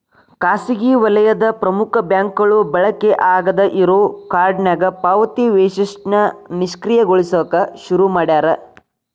ಖಾಸಗಿ ವಲಯದ ಪ್ರಮುಖ ಬ್ಯಾಂಕ್ಗಳು ಬಳಕೆ ಆಗಾದ್ ಇರೋ ಕಾರ್ಡ್ನ್ಯಾಗ ಪಾವತಿ ವೈಶಿಷ್ಟ್ಯನ ನಿಷ್ಕ್ರಿಯಗೊಳಸಕ ಶುರು ಮಾಡ್ಯಾರ